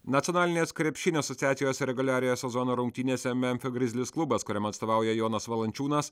nacionalinės krepšinio asociacijos reguliariojo sezono rungtynėse memfio grizlis klubas kuriam atstovauja jonas valančiūnas